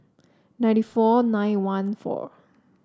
ninety four nine one four